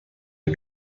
are